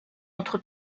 entre